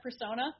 persona